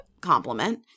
compliment